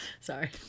Sorry